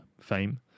fame